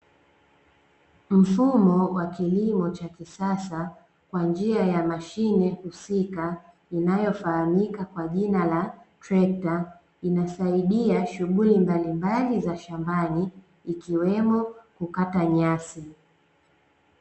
Mfumo wa kilimo cha kisasa kwa njia ya mashine husika inayofahamika kwa jina la trekta, inasaidia shughuli mbalimbali za shambani ikiwemo kukata nyasi.